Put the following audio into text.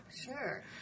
Sure